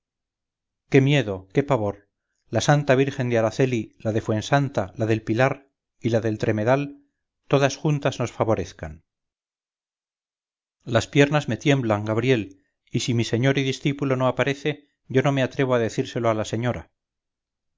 qué miedo qué pavor la santa virgen de araceli la de fuensanta la del pilar y la del tremedal todas juntas nos favorezcan las piernas me tiemblan gabriel y si mi señor y discípulo no parece yo no me atrevo a decírselo a la señora